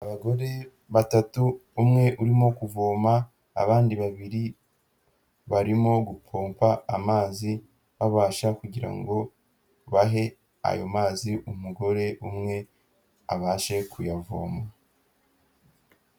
Abagore batatu umwe urimo kuvoma, abandi babiri barimo gupompa amazi babasha kugira ngo bahe ayo mazi umugore umwe abashe kuyavoma.